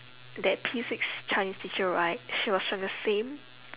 that P six chinese teacher right she was from the same